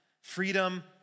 freedom